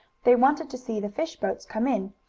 they wanted to see the fish boats come in,